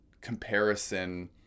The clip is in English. comparison